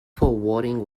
forwarding